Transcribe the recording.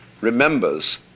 remembers